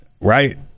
right